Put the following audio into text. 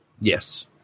Yes